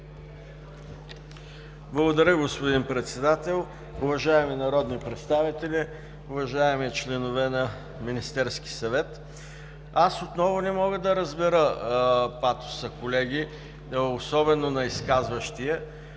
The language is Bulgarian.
Благодаря, господин Председател. Уважаеми народни представители, уважаеми членове на Министерския съвет! Аз отново не мога да разбера патоса, колеги, особено на изказващия